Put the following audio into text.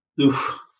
Oof